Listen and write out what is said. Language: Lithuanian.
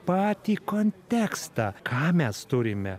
patį kontekstą ką mes turime